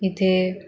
इथे